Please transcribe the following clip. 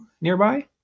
nearby